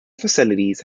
facilities